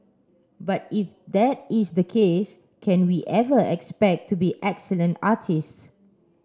but if that is the case can we ever expect to be excellent artists